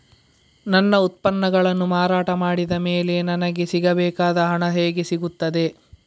ನನ್ನ ಉತ್ಪನ್ನಗಳನ್ನು ಮಾರಾಟ ಮಾಡಿದ ಮೇಲೆ ನನಗೆ ಸಿಗಬೇಕಾದ ಹಣ ಹೇಗೆ ಸಿಗುತ್ತದೆ?